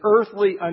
earthly